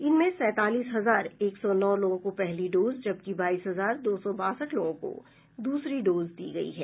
इनमें सैंतालीस हजार एक सौ नौ लोगों को पहली डोज जबकि बाईस हजार दो सौ बासठ लोगों को दूसरी डोज दी गयी है